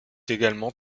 également